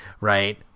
right